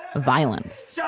ah violence. so